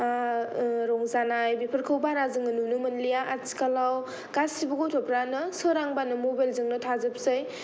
रंजानाय बेफोरखौ बारा जोङो नुनो मोनलिया आथिखालाव गासिबो गथ'फ्रानो सोरांबानो मबेलजोंनो थाजोबसै